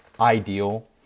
Ideal